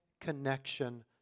connection